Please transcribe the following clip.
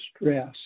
stress